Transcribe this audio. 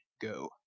go